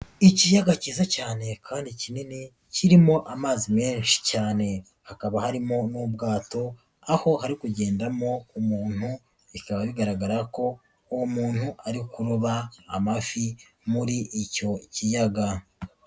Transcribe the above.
Ikiyaga cyiza cyane kandi kinini kirimo amazi menshi cyane, hakaba harimo n'ubwato, aho ari kugendamo umuntu, bikaba bigaragara ko uwo muntu ari kuroba amafi muri icyo kiyaga.